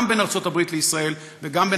גם בין ארצות-הברית לישראל וגם בין